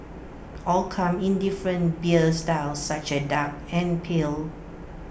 all come in different beer styles such as dark and pale